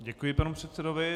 Děkuji panu předsedovi.